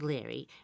Larry